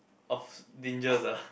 of dangers ah